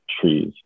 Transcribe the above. trees